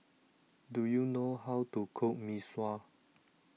Do YOU know How to Cook Mee Sua